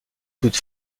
toute